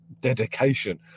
dedication